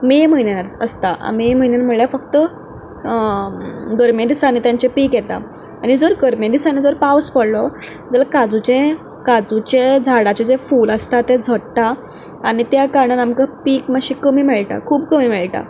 मे म्हयन्यान आस असता मे म्हयन्यान म्हळ्ळ्या फक्त गर्मे दिसांनी तेंचें पीक येता आनी जर गर्मे दिसांनी जर पावस पडलो जाल्या काजुचें काजुचें झाडाचें जें फूल आसता तें झडटा आनी त्या कारणान आमकां पीक मात्शें कमी मेळटा खूब कमी मेळटा